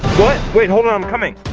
what? wait hold on i'm coming.